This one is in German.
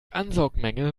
ansaugmenge